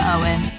Owen